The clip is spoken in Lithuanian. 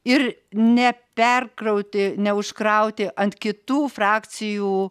ir ne perkrauti neužkrauti ant kitų frakcijų